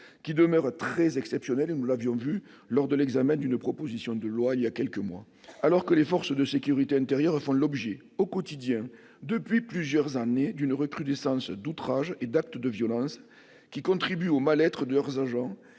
qui demeurent très exceptionnelles- nous l'avions constaté, voilà quelques mois, lors de l'examen d'une proposition de loi -, alors que les forces de sécurité intérieure font l'objet, au quotidien et depuis plusieurs années, d'une recrudescence d'outrages et d'actes de violence, qui contribuent au mal-être de leurs agents